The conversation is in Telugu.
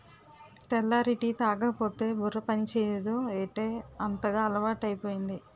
తెల్లారి టీ తాగకపోతే బుర్ర పనిచేయదు ఏటౌ అంతగా అలవాటైపోయింది